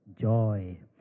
Joy